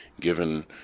given